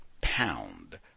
pound